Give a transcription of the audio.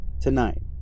Tonight